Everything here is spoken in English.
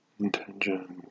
intention